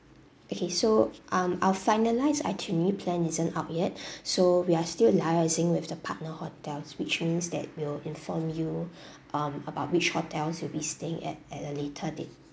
okay so um our finalise itinerary plan isn't out yet so we are still in liaising with the partner hotels which means that will inform you um about which hotels you will be staying at at a later date